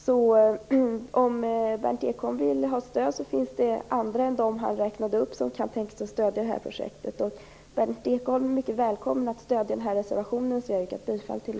Så om Berndt Ekholm vill ha stöd finns det andra än dem han räknade upp som kan tänka sig att stödja det här projektet. Berndt Ekholm är också mycket välkommen att stödja reservationen, som jag har yrkat bifall till.